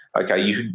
Okay